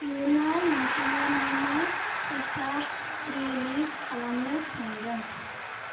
इयुनाव नोंथाङा मा मा फिसार्स रिलिज खालामनो सान्दों